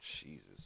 Jesus